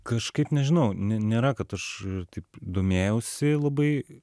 kažkaip nežinau ne nėra kad aš taip domėjausi labai